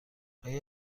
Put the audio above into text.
آیا